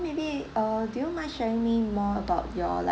maybe err do you mind sharing me more about your like